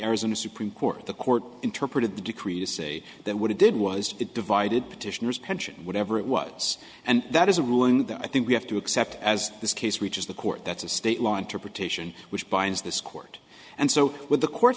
supreme court the court interpreted the decree to say that what it did was it divided petitioners pension whatever it was and that is a ruling that i think we have to accept as this case reaches the court that's a state law interpretation which binds this court and so with the court